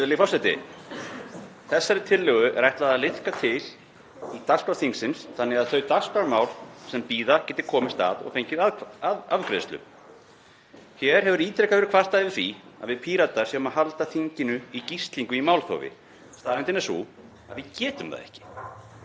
Þessari tillögu er ætlað að liðka til í dagskrá þingsins þannig að þau dagskrármál sem bíða geti komist að og fengið að afgreiðslu. Hér hefur ítrekað verið kvartað yfir því að við Píratar séum að halda þinginu í gíslingu í málþófi. Staðreyndin er sú að við getum það ekki.